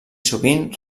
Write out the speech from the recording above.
sovint